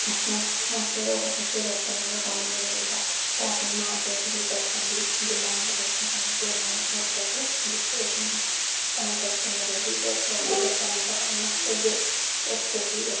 ਆਪਣੇ ਹਾਂ ਫਿਰ ਉਹ ਉੱਥੇ ਜਾ ਕੇ ਉਹਨਾਂ ਨੂੰ ਕੰਮ ਨਹੀਂ ਮਿਲਦਾ ਉਹ ਆਪਣੇ ਮਾਂ ਪਿਓ ਤੋਂ ਹੀ ਪੈਸਿਆਂ ਦੀ ਡਿਮਾਂਡ ਕਰਦੇ ਹਨ ਕਿ ਉਹਨਾਂ ਨੂੰ ਹੋਰ ਪੈਸੇ ਦਿੱਤੇ ਜਾਣ ਤਾਂ ਕਰਕੇ ਮੇਰਾ ਇਹ ਹੀ ਹੈ ਕਿ ਆਪਣੇ ਬੱਚਿਆਂ ਨੂੰ ਬਾਹਰ ਨਾ ਭੇਜੋ ਅਤੇ ਇੱਥੇ ਹੀ ਰੱਖੋ